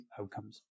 outcomes